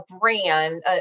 brand